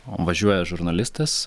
važiuoja žurnalistas